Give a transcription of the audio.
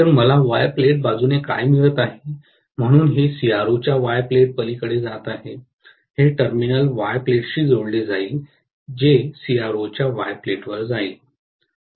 तर मला Y plate बाजूने काय मिळत आहे म्हणून हे सीआरओच्या वाय प्लेटच्या पलीकडे जात आहे हे टर्मिनल वाय प्लेटशी जोडले जाईल जे सीआरओच्या वाय प्लेटवर जाईल